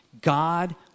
God